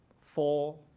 four